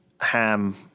ham